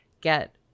get